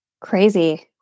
Crazy